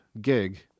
gig